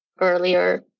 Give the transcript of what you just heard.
earlier